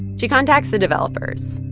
she contacts the developers,